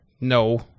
No